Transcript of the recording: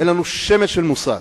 אין לנו שמץ של מושג,